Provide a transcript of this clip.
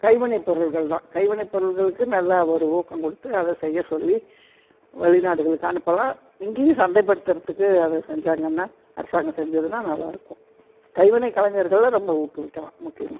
கைவினை பொருள்கள்தான் கைவினை பொருட்களுக்கு நல்லா ஒரு ஊக்கம் கொடுத்து அதை செய்ய சொல்லி வெளி நாடுகளுக்கு அனுப்பலாம் இங்கேயும் சந்தைப்படுத்துறத்துக்கு அதை செஞ்சாங்கன்னா அரசாங்கம் செஞ்சுதுன்னா நல்லாயிருக்கும் கைவினை கலைஞர்களை ரொம்ப ஊக்குவிக்கலாம் முக்கியமாக